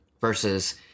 versus